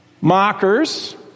mockers